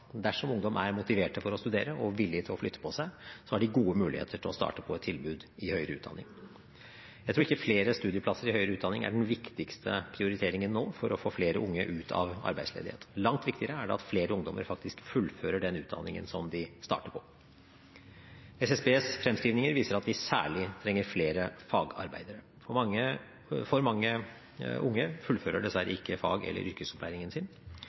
Dersom ungdom er motiverte for å studere og villige til å flytte på seg, har de gode muligheter til å starte på et tilbud i høyere utdanning. Jeg tror ikke flere studieplasser i høyere utdanning er den viktigste prioriteringen nå for å få flere unge ut av arbeidsledighet. Langt viktigere er det at flere ungdommer faktisk fullfører den utdanningen som de starter på. SSBs fremskrivninger viser at vi særlig trenger flere fagarbeidere. For mange unge fullfører dessverre ikke fag- eller yrkesopplæringen sin.